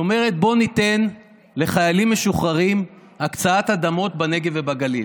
היא אומרת: בואו ניתן לחיילים משוחררים הקצאת אדמות בנגב ובגליל.